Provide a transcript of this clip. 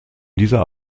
dieser